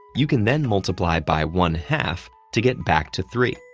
you can then multiply by one-half to get back to three.